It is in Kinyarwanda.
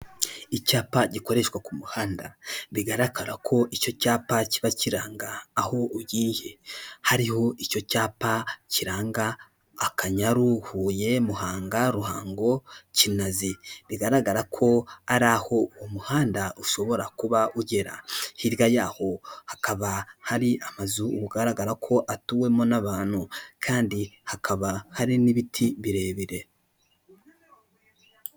Icyapa gikoreshwa ku muhanda bigaragara ko icyo cyapa kiba kiranga aho ugiye, hariho icyo cyapa kiranga Akanyaru, Huye Muhanga, Ruhango Kinazi bigaragara ko hari aho umuhanda ushobora kuba ugera, hirya yaho hakaba hari amazu ugaragara ko atuwemo n'abantu kandi hakaba hari n'ibiti birebire.